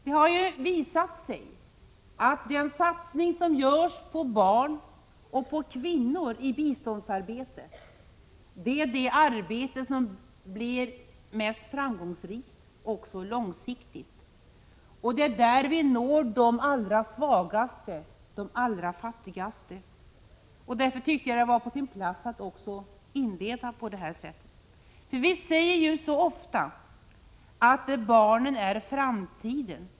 Det har visat sig att den satsning som inom biståndsarbetet görs på barn och på kvinnor är den satsning som blir mest framgångsrik också långsiktigt. Det är där vi når de allra svagaste, de allra fattigaste. Därför tyckte jag att det var på sin plats att inleda på detta sätt. Vi säger så ofta att barnen är framtiden.